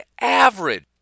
average